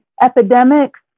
epidemics